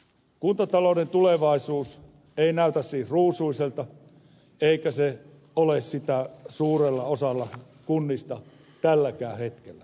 kuntatalouden tulevaisuus ei näytä siis ruusuiselta eikä se ole sitä suurella osalla kunnista tälläkään hetkellä